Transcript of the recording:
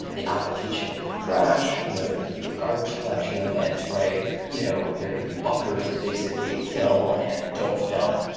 the application could crash. you know there could be a garbage collection event. you know there could be buffers that basically fill and don't fill.